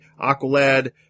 Aqualad